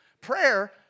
Prayer